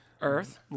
Earth